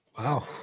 Wow